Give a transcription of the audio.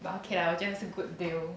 but okay lah 我觉得是 good deal